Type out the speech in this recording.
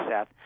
Seth